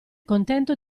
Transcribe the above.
contento